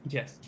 Yes